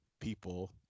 people